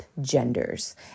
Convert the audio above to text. genders